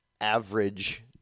average